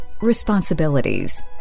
responsibilities